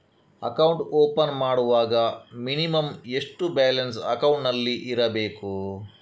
Account open ಮಾಡುವಾಗ minimum ಎಷ್ಟು balance ಅಕೌಂಟಿನಲ್ಲಿ ಇರಬೇಕು?